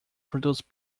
produced